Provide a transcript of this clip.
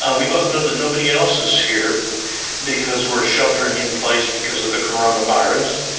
ah we both know that nobody else is here because we're sheltering in place because of the coronavirus.